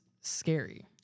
scary